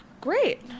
Great